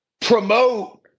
promote